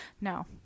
no